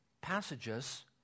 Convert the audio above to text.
passages